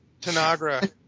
Tanagra